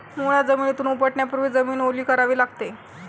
मुळा जमिनीतून उपटण्यापूर्वी जमीन ओली करावी लागते